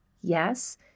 Yes